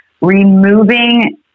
removing